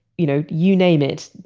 you know you name it.